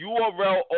URL